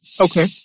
Okay